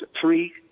three